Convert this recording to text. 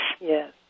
Yes